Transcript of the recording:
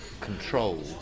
control